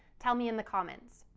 tell me in the comments!